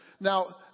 Now